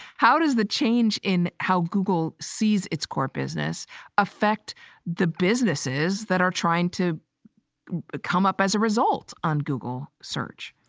how does the change in how google sees its core business affect the businesses that are trying to come up as a result on google search?